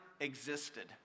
existed